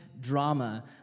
drama